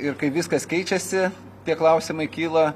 ir kai viskas keičiasi tie klausimai kyla